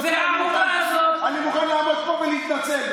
אני מוכן לעמוד פה ולהתנצל,